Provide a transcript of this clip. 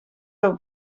del